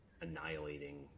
annihilating